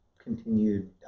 Continued